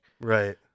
Right